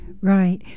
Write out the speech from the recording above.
Right